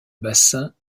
bassin